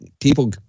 people